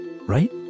right